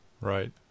right